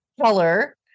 color